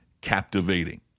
captivating